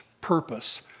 purpose